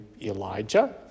Elijah